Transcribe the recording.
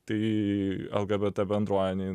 tai lgbt bendruomenėj